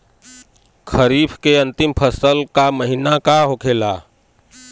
खरीफ के अंतिम फसल का महीना का होखेला?